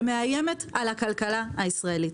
שמאיימת על הכלכלה הישראלית.